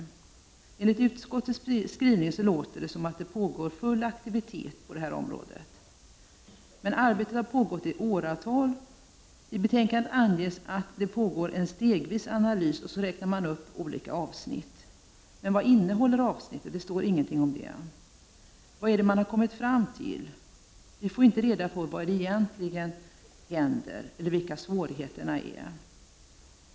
När man läser utskottets skrivning får man ett intryck av att det är full aktivitet på detta område — men arbetet har pågått i åratal. I betänkandet anges att det pågår en stegvis analys. Olika avsnitt räknas upp. Men vad står de avsnitten för? Det står ingenting om det. Vad är det man har kommit fram till? Vi får inte reda på vad som egentligen händer el!er vilka svårigheterna är.